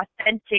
authentic